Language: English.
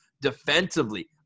defensively